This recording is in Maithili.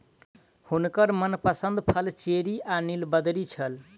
हुनकर मनपसंद फल चेरी आ नीलबदरी छल